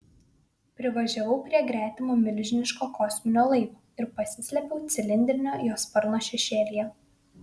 privažiavau prie gretimo milžiniško kosminio laivo ir pasislėpiau cilindrinio jo sparno šešėlyje